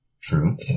True